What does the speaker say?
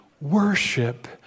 worship